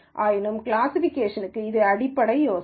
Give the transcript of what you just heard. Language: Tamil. ஆயினும்கூட கிளாசிஃபிகேஷன்க்கு இது அடிப்படை யோசனை